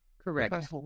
correct